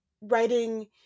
writing